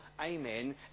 amen